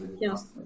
Yes